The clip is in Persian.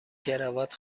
کراوات